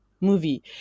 movie